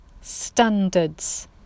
standards